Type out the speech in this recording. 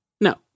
no